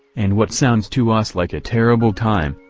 and what sounds to us like a terrible time,